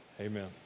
Amen